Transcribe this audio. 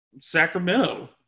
Sacramento